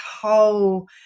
whole